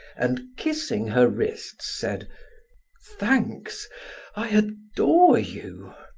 and kissing her wrists said thanks i adore you.